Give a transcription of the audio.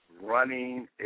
running